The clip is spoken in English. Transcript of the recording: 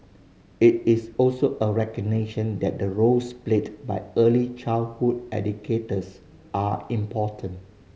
it is also a recognition that the roles played by early childhood educators are important